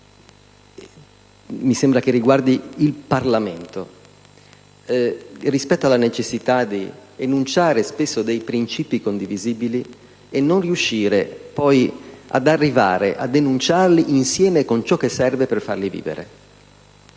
mi sembra riguardi il Parlamento: il fatto di enunciare spesso principi condivisibili e non riuscire poi ad arrivare ad enunciarli insieme con ciò che serve per farli vivere.